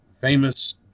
famous